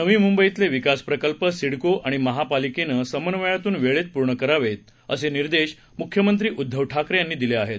नवीमुंबईतलेविकासप्रकल्पसिडकोआणिमहापालिकेनेसमन्वयातूनवेळेतपूर्णकरावे असेनिर्देशमुख्यमंत्रीउद्धवठाकरेयांनीदिलेआहेत